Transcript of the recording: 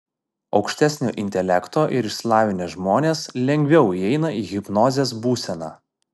aukštesnio intelekto ir išsilavinę žmonės lengviau įeina į hipnozės būseną